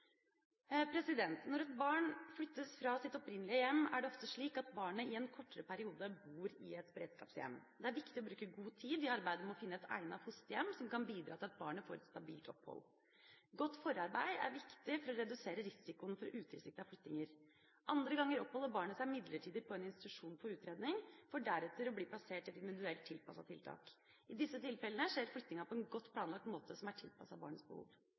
Når et barn flyttes fra sitt opprinnelige hjem, er det ofte slik at barnet i en kortere periode bor i et beredskapshjem. Det er viktig å bruke god tid i arbeidet med å finne et egnet fosterhjem som kan bidra til at barnet får et stabilt opphold. Godt forarbeid er viktig for å redusere risikoen for utilsiktede flyttinger. Andre ganger oppholder barnet seg midlertidig på en institusjon for utredning, for deretter å bli plassert i et individuelt tilpasset tiltak. I disse tilfellene skjer flyttingen på en godt planlagt måte som er tilpasset barnets behov.